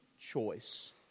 choice